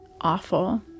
awful